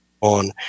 on